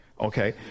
okay